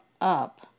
up